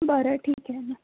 बरं ठीक आहे ना